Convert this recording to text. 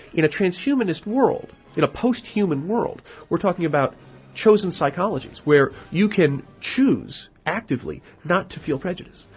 in a transhumanist world, in a post-human world we're talking about chosen psychologies where you can choose actively not to feel prejudice,